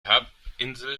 halbinsel